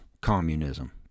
communism